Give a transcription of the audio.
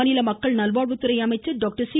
மாநில மக்கள் நல்வாழ்வுத்துறை அமைச்சர் டாக்டர் சி